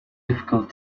difficult